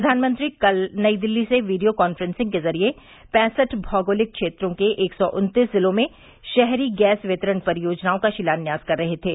प्रधानमंत्री कल नई दिल्ली से वीडियो कांफ्रेंसिंग के जरिए पैंसठ भौगोलिक क्षेत्रों के एक सौ उन्तीस जिलों में शहरी गैस वितरण परियोजनाओं का शिलान्यास कर रहे थे